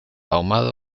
ahumado